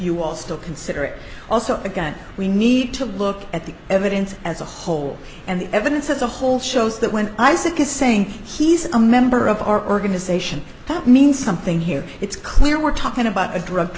still consider it also a gun we need to look at the evidence as a whole and the evidence as a whole shows that when i stick to saying he's a member of our organization that means something here it's clear we're talking about a drug